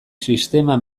sistema